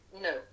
No